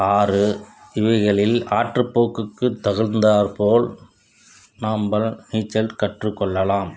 ஆறு இவைகளில் ஆற்றுப் போக்குக்கு தகுந்தார்போல் நம்ப நீச்சல் கற்றுக்கொள்ளலாம்